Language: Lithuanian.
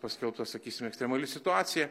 paskelbta sakysim ekstremali situacija